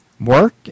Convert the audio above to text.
work